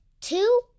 two